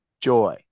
joy